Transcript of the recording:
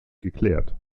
geklärt